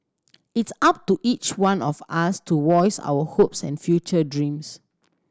it's up to each one of us to voice our hopes and future dreams